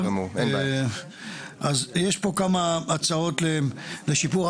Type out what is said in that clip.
יש פה כמה הצעות לשיפור.